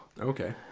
Okay